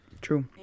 True